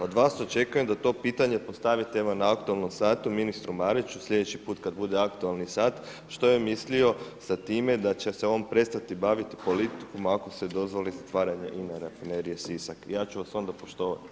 Od vas očekujem da to pitanje postavite evo na aktualnom satu ministru Mariću slijedeći put kad bude aktualni sat što je mislio sa time da će se on prestati baviti politikom ako se dozvoli zatvaranje INE rafinerije Sisak, ja ću vas onda poštovati.